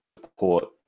support